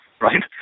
right